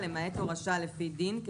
אתה מנסה מן הגורן ומן היקב להביא